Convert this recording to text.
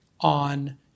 on